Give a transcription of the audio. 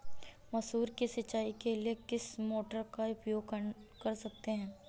मसूर की सिंचाई के लिए किस मोटर का उपयोग कर सकते हैं?